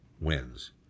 wins